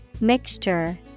Mixture